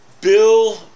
Bill